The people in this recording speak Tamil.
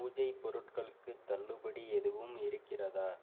பூஜை பொருட்களுக்கு தள்ளுபடி எதுவும் இருக்கிறதா